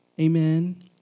amen